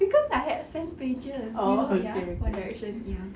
cause I had fan pages you know ya one direction ya